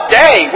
day